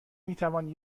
میتوان